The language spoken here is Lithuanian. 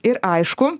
ir aišku